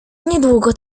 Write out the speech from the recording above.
niedługo